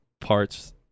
parts